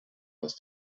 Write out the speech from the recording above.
aus